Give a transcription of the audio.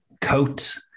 coat